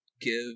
give